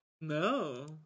No